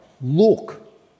Look